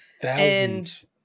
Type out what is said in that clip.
Thousands